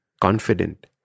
confident